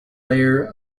layer